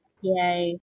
Yay